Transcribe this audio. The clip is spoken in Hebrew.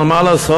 אבל מה לעשות,